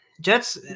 Jets